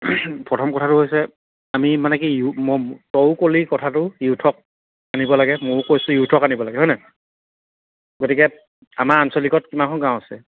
প্ৰথম কথাটো হৈছে আমি মানে কি তয়ো ক'লি কথাটো য়ুথক আনিব লাগে ময়ো কৈছোঁ য়ুথক আনিব লাগে হয়নে নাই গতিকে আমাৰ আঞ্চলিকত কিমানখন গাঁও আছে